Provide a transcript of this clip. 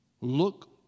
look